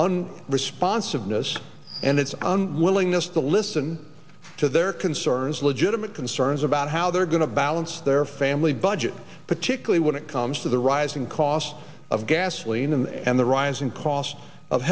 un responsiveness and its unwillingness to listen to their concerns legitimate concerns about how they're going to balance their family budget particularly when it comes to the rising cost of gasoline and the rising cost of